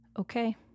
Okay